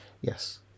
Yes